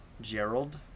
Gerald